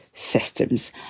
systems